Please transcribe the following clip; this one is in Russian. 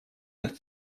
этот